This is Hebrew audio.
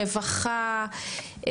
רווחה,